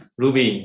ruby